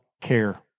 care